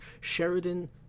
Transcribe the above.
Sheridan